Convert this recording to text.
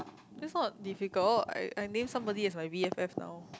that's not difficult I I name somebody as my b_f_f now